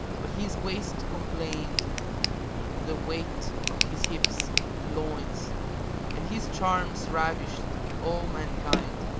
but his waist complained of the weight of his hips and loins and his charms ravished all mankind,